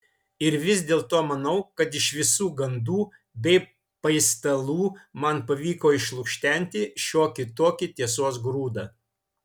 ir vis dėlto manau kad iš visų gandų bei paistalų man pavyko išlukštenti šiokį tokį tiesos grūdą